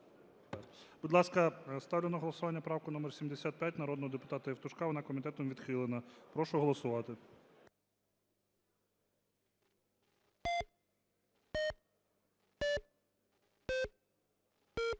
Будь ласка, ставлю на голосування правку номер 75 народного депутата Євтушка. Вона комітетом відхилена. Прошу голосувати.